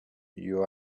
you